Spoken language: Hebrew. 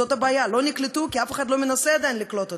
זאת הבעיה: לא נקלטו כי אף אחד לא מנסה עדיין לקלוט אותם,